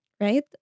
right